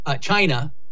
China